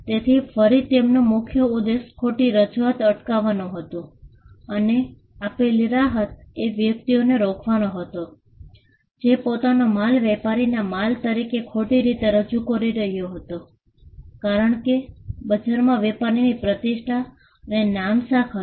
તેથી ફરી તેમનો મુખ્ય ઉદ્દેશ ખોટી રજૂઆત અટકાવવાનું હતું અને આપેલી રાહત એ વ્યક્તિને રોકવાનો હતો જે પોતાનો માલ વેપારીના માલ તરીકે ખોટી રીતે રજૂ કરી રહ્યો હતો કારણ કે બજારમાં વેપારીની પ્રતિષ્ઠા અને નામશાખ હતી